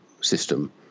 system